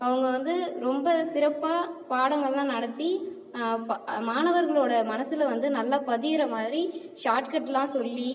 அவங்க வந்து ரொம்ப சிறப்பாக பாடங்கள்லாம் நடத்தி ப அ மாணவர்களோடய மனசில் வந்து நல்லா பதியுற மாதிரி ஷாட்கட்லாம் சொல்லி